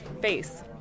face